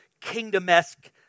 kingdom-esque